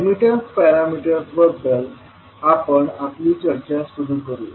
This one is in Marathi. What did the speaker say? अॅडमिटन्स पॅरामीटर्सबद्दल आपण आपली चर्चा सुरू करूया